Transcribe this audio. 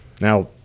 now